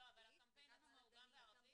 לא, אבל הקמפיין עצמו הוא גם בערבית?